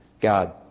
God